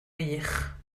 wych